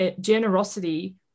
generosity